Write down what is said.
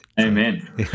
Amen